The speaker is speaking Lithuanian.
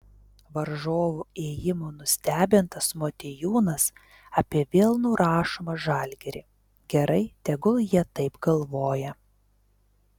varžovų ėjimų nustebintas motiejūnas apie vėl nurašomą žalgirį gerai tegul jie taip galvoja